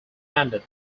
handed